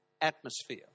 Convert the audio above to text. Atmosphere